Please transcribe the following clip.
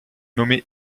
nommé